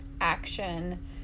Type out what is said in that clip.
action